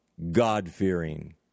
God-fearing